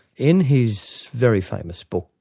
in his very famous book,